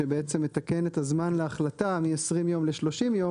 שבעצם מתקן את הזמן להחלטה מ-20 יום ל-30 יום